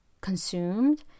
consumed